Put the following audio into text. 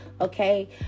okay